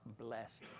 blessed